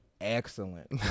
excellent